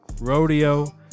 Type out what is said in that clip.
rodeo